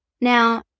Now